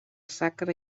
sacre